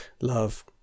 love